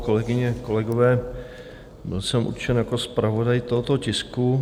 Kolegyně, kolegové, byl jsem určen jako zpravodaj tohoto tisku.